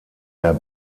der